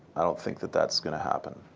i don't think that that's going to happen.